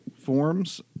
Forms